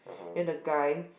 then the guy